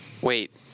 Wait